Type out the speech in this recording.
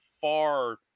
far